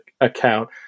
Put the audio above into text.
account